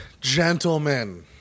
gentlemen